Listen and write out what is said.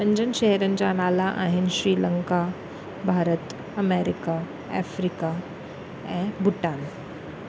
पंजनि शहरनि जा नाला आहिनि श्रीलंका भारत अमेरिका अफ्रीका ऐं भूटान